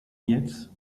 yates